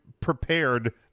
prepared